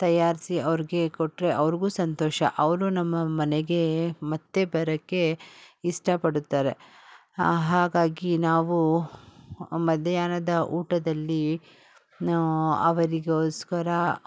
ತಯಾರಿಸಿ ಅವರಿಗೆ ಕೊಟ್ರೆ ಅವ್ರಿಗೂ ಸಂತೋಷ ಅವರು ನಮ್ಮ ಮನೆಗೆ ಮತ್ತೆ ಬರೋಕ್ಕೆ ಇಷ್ಟಪಡುತ್ತಾರೆ ಹಾಗಾಗಿ ನಾವು ಮಧ್ಯಾಹ್ನದ ಊಟದಲ್ಲಿ ಅವರಿಗೋಸ್ಕರ